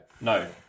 No